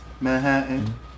Manhattan